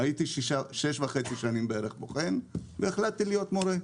הייתי שש וחצי שנים בערך בוחן והחלטתי להיות מורה,